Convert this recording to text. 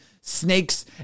snakes